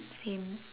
same